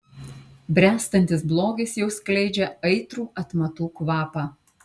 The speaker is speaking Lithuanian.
bręstantis blogis jau skleidžia aitrų atmatų kvapą